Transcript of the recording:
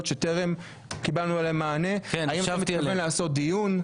שטרם קיבלנו עליהם מענה לעשות דיון.